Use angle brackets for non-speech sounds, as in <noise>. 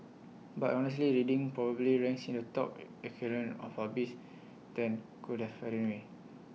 but honestly reading probably ranks in the top <hesitation> echelon of hobbies that could have anyway